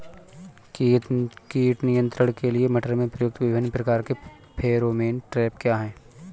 कीट नियंत्रण के लिए मटर में प्रयुक्त विभिन्न प्रकार के फेरोमोन ट्रैप क्या है?